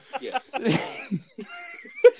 Yes